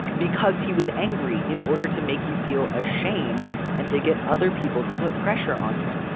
because he was angry in order to make you feel ashamed and to get other people to put pressure on you.